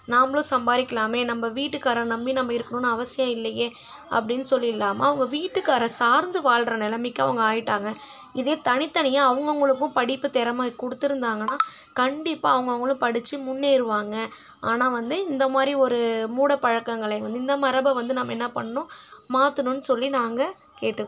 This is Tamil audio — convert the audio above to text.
நாமளும் சம்பாதிக்கலாமே நம்ம வீட்டுக்காரரை நம்பி நம்ம இருக்கணுன்னு அவசியம் இல்லையே அப்படின் சொல்லிவிட்லாமா அவங்க வீட்டுக்காரரை சார்ந்து வாழ்கிற நிலைமைக்கி அவங்க ஆகிட்டாங்க இதே தனித்தனியாக அவுங்கவங்களுக்கும் படிப்பு திறமை கொடுத்துருந்தாங்கன்னா கண்டிப்பாக அவுங்கவங்களும் படித்து முன்னேறுவாங்க ஆனால் வந்து இந்த மாதிரி ஒரு மூடப்பழக்கங்களை வந்து இந்த மரபை வந்து நாம் என்ன பண்ணணும் மாற்றணுன் சொல்லி நாங்கள் கேட்ருக்